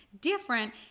different